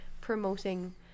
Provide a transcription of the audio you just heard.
promoting